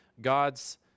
God's